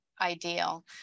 ideal